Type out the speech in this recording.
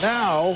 now